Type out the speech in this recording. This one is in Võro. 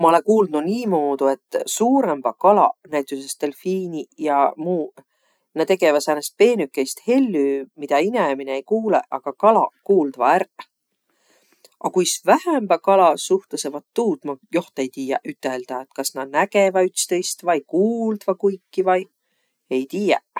Ma olõ kuuldnuq niimuudu, et suurõmbaq kalaq, näütüses delfiiniq ja muuq, nä tegeväq säänest peenükeist hellü, midä inemine ei kuulõq, aga kalaq kuuldvaq ärq. A kuis vähämbäq kalaq suhtlõsõq, vat tuud ma joht ei tiiäq üteldäq. Kas nä nägeväq ütstõist vai kuuldvaq kuiki vai. Ei tiiäq.